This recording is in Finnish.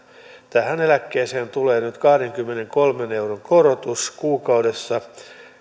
tähän eläkkeeseen tulee nyt kahdenkymmenenkolmen euron korotus kuukaudessa